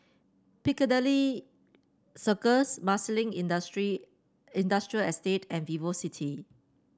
Piccadilly Circus Marsiling Industry Industrial Estate and VivoCity